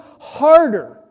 harder